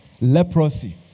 Leprosy